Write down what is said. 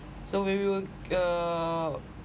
so when we were uh